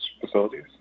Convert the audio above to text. facilities